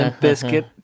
Biscuit